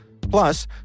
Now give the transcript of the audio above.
Plus